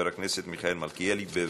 מס' 6343. חבר הכנסת מיכאל מלכיאלי, בבקשה.